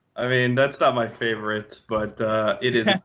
i mean, that's not my favorite. but it is